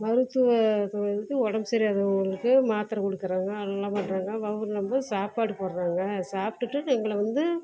மருத்துவ உடம்பு சரியாதவங்களுக்கு மாத்திர கொடுக்குறாங்க எல்லாம் பண்ணுறாங்க அப்புறம் வந்து சாப்பாடு போடுறாங்க சாப்பிட்டுட்டு எங்களை வந்து